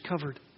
covered